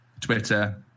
twitter